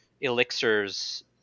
elixirs